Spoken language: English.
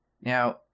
Now